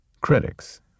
critics